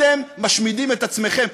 אתם משמידים את עצמכם.